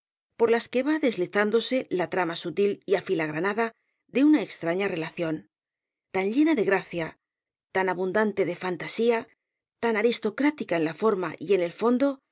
por las que va deslizándose la trama sutil y afiligranada de una extraña relación tan llena de gracia tan abundante de fantasía tan aristocrática en la forma y en el fondo